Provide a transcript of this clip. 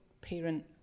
parent